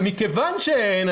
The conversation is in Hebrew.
מכיוון שאין,